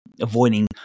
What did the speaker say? avoiding